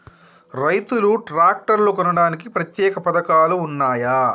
రైతులు ట్రాక్టర్లు కొనడానికి ప్రత్యేక పథకాలు ఉన్నయా?